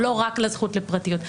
או לא רק לזכות לפרטיות.